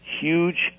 huge